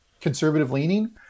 conservative-leaning